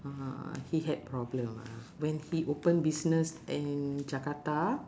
uh he had problem ah when he open business in jakarta